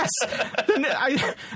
Yes